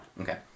Okay